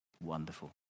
wonderful